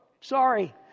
Sorry